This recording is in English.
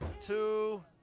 two